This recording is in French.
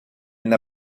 n’a